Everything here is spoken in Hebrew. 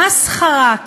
מסחרה.